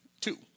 Two